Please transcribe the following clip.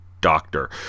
doctor